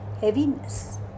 heaviness